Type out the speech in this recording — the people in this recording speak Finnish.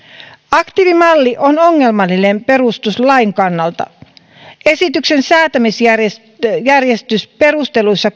aktiivimalli on ongelmallinen perustuslain kannalta esityksen säätämisjärjestysperusteluissa